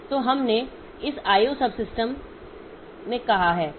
तो हमने इसे IO सबसिस्टम कहा है